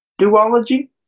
duology